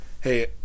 hey